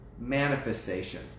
manifestation